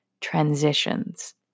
transitions